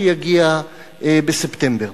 שיגיע בספטמבר.